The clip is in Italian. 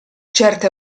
certe